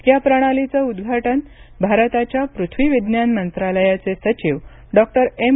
या प्रणालीचे उद्घाटन भारताच्या पृथ्वी विज्ञान मंत्रालयाचे सचिव डॉक्टर एम